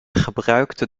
gebruikte